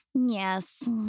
Yes